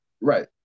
Right